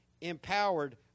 empowered